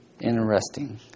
Interesting